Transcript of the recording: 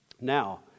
Now